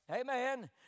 Amen